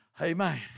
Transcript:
Amen